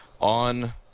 on